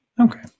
Okay